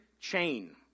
chain